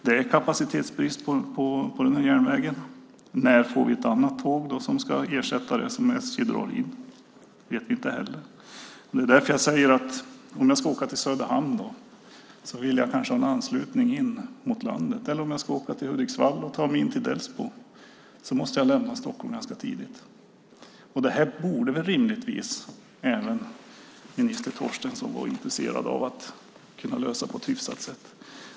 Det är kapacitetsbrist på den här järnvägssträckan. När får vi ett annat tåg som ska ersätta det som SJ drar in? Det vet vi inte heller. Det är därför jag säger: Om jag ska åka till Söderhamn vill jag kanske ha en anslutning in i landet, eller om jag ska åka till Hudiksvall och ta mig in till Delsbo, och då måste jag lämna Stockholm ganska tidigt. Det här borde rimligtvis även minister Torstensson vara intresserad av att kunna lösa på ett hyfsat sätt.